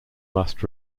must